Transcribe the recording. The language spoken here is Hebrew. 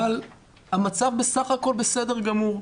אבל המצב בסך הכול בסדר גמור.